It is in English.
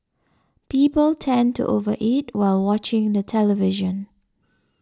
people tend to over eat while watching the television